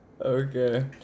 Okay